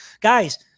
guys